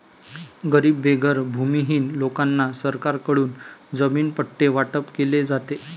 गरीब बेघर भूमिहीन लोकांना सरकारकडून जमीन पट्टे वाटप केले जाते